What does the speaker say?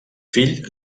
fill